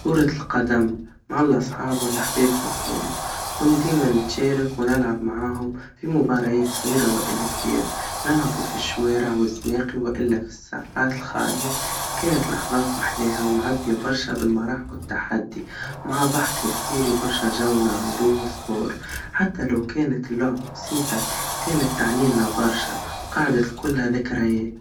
كرة القدم, مع الاصحاب والاحباب في الحوما, نكون ديما نتشارك ونلعب معاهم مباريات صغيرا وإلا كبيرا, نلعبوا في الشوارع, والزناقي وإلا الساحات الخاليا, كانت لحظات ماحلاها ومعبيا برشا بالمرح والتحدي, مع ضحك هيستيري وبرشا جو نعملوهو سبور, حتى لو كانت اللعبة بسيطة, كانت تعنينا برشا, قعدة كلها ذكريات.